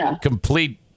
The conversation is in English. complete